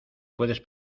puedes